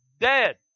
dead